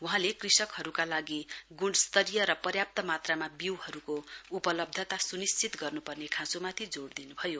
वहाँले कृषकहरुका लागि गृणस्तरीय र पर्याप्त मात्रमा वीउहरुको उपलब्धता सुनिश्चित गर्नुपर्ने खाँचोमाथि जोड़ दिनुभयो